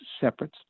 separate